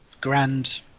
grand